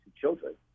children